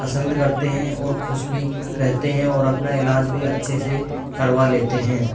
पसंद करते हैं और खुश भी रहते है और अपना इलाज भी अच्छे से करवा लेते हैं